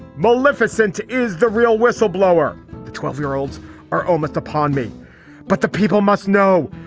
maleficent is the real whistleblower the twelve year olds are almost upon me but the people must know.